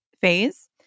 phase